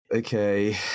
Okay